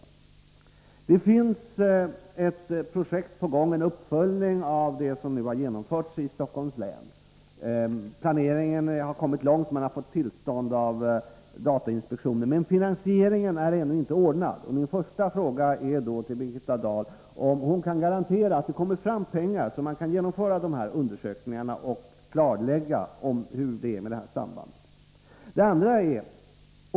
Jag vill peka på ett visst projekt som är på gång, en uppföljning av den undersökning som genomfördes i Stockholms län. Planeringen har där kommit långt, och man har fått tillstånd av datainspektionen. Men finansieringen är ännu inte ordnad, och min första fråga till Birgitta Dahl är då om hon kan garantera att pengar kommer fram, så att man kan genomföra dessa undersökningar och klarlägga hur det är med ett eventuellt samband.